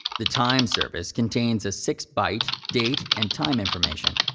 the time service contains a six byte date and time information.